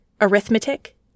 arithmetic